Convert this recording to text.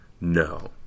No